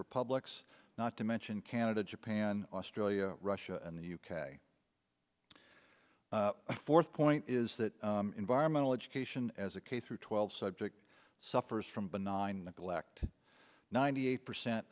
republic's not to mention canada japan australia russia and the u k a fourth point is that environmental education as a case through twelve subjects suffers from benign neglect ninety eight percent